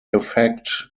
effect